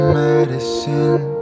medicine